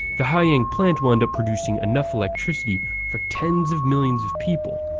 the haiyang plant will end up producing enough electricity for tens of millions of people.